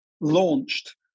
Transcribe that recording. launched